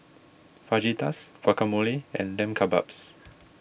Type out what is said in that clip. Fajitas Guacamole and Lamb Kebabs